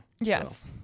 yes